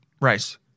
rice